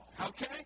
okay